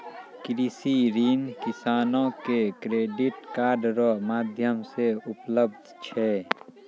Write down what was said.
कृषि ऋण किसानो के क्रेडिट कार्ड रो माध्यम से उपलब्ध छै